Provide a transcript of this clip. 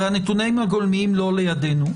הרי הנתונים הגולמיים לא לידנו.